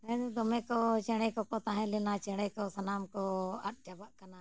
ᱦᱮᱸ ᱫᱚᱢᱮ ᱠᱚ ᱪᱮᱬᱮ ᱠᱚᱠᱚ ᱛᱟᱦᱮᱸ ᱞᱮᱱᱟ ᱪᱮᱬᱮ ᱠᱚ ᱥᱟᱱᱟᱢ ᱠᱚ ᱟᱫ ᱪᱟᱵᱟᱜ ᱠᱟᱱᱟ